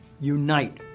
Unite